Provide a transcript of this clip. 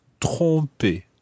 tromper